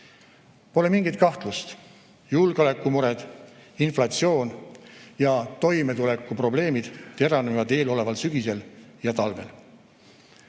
Pole mingit kahtlust, et julgeolekumured, inflatsioon ja toimetulekuprobleemid teravnevad eeloleval sügisel ja talvel.